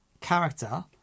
character